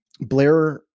Blair